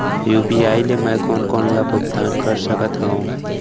UPI ले मैं कोन कोन ला भुगतान कर सकत हओं?